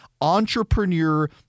entrepreneur